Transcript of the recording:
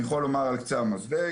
אני יכול לומר על קצה המזלג